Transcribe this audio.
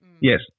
Yes